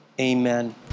amen